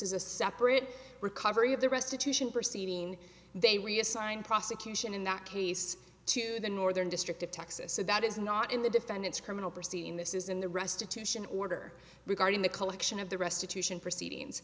is a separate recovery of the restitution proceeding they reassigned prosecution in that case to the northern district of texas so that is not in the defendant's criminal proceeding this is in the restitution order regarding the collection of the restitution proceedings